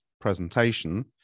presentation